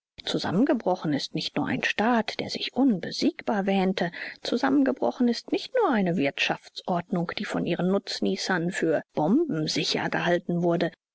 zusammengebrochen ist nicht nur ein staat der sich unbesiegbar wähnte zusammengebrochen ist nicht nur eine wirtschaftsordnung die von ihren nutznießern für bombensicher gehalten wurde